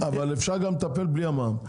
אבל אפשר גם לטפל בלי המע"מ.